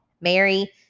Mary